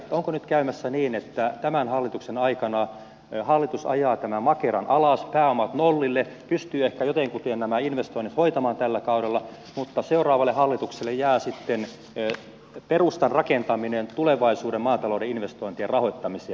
onko nyt käymässä niin että tämän hallituksen aikana hallitus ajaa tämän makeran alas pääomat nollille pystyy ehkä jotenkuten nämä investoinnit hoitamaan tällä kaudella mutta seuraavalle hallitukselle jää sitten perustan rakentaminen tulevaisuuden maatalouden investointien rahoittamiseen